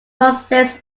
consist